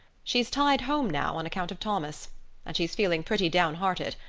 she's tied home now on account of thomas and she's feeling pretty downhearted,